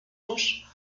cartouches